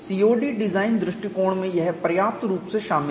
COD design दृष्टिकोण में यह पर्याप्त रूप से शामिल है